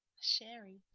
Sherry